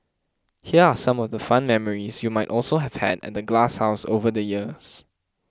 here are some of the fun memories you might also have had at the glasshouse over the years